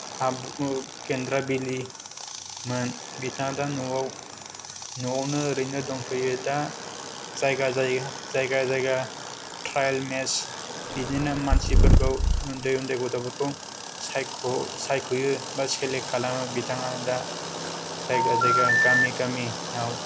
हाब गेन्द्राबिलिमोन बिथांआ दा न'आव न'आवनो ओरैनो दंथ'यो दा जायगा जायो जायगा जायगा त्रायेल मेच बिदिनो मानसिफोरखौ उन्दै उन्दै गथ'फोरखौ सायख' सायख'यो बा सेलेक्त खालामो बिथाङा दा जायगा जायगा गामि गामियाव